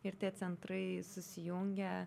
ir tie centrai susijungia